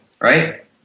right